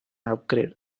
upgrade